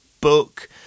book